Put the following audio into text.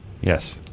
Yes